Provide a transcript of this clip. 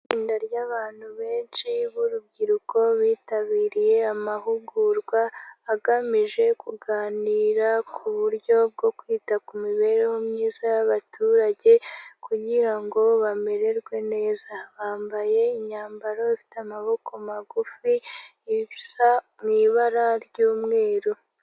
Itsinda ry'abantu benshi b’urubyiruko bitabiriye amahugurwa agamije kuganira ku buryo bwo kwita ku mibereho myiza y’abaturage kugira ngo bamererwe neza. Bambaye imyambaro ifite amaboko magufisa, isa mu ibara ry'umweru.